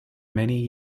many